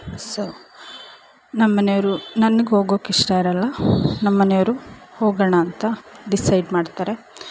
so ನಮ್ಮ ಮನೆಯವ್ರು ನನ್ಗೆ ಹೋಗೋಕೆ ಇಷ್ಟ ಇರೋಲ್ಲ ನಮ್ಮ ಮನೆಯವ್ರು ಹೋಗೋಣ ಅಂತ ಡಿಸೈಡ್ ಮಾಡ್ತಾರೆ